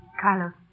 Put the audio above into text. Carlos